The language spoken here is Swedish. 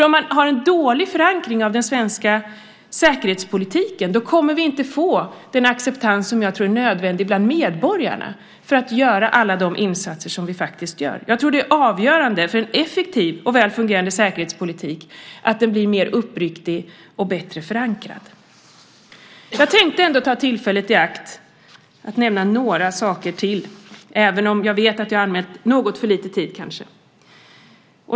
Om vi har en dålig förankring av den svenska säkerhetspolitiken kommer vi nämligen inte att få den acceptans bland medborgarna som jag tror är nödvändig för att göra alla de insatser som vi faktiskt gör. Jag tror att det är avgörande för en effektiv och väl fungerande säkerhetspolitik att den blir mer uppriktig och bättre förankrad. Jag tänkte ta tillfället i akt att nämna några saker till, även om jag vet att jag kanske har anmält något för lite talartid.